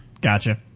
Gotcha